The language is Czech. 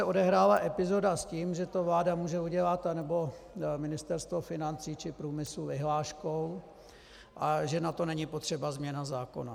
Odehrála se epizoda s tím, že to vláda může udělat, anebo ministerstvo financí či průmyslu vyhláškou a že na to není potřeba změna zákona.